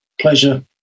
pleasure